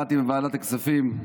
באתי מוועדת הכספים.